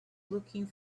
looking